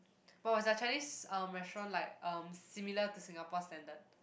but was their Chinese um restaurant like um similar to Singapore standard